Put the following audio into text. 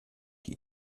die